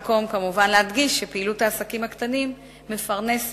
אדגיש כי פעילות העסקים הקטנים מפרנסת